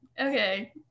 okay